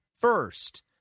first